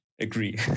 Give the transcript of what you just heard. agree